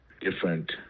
different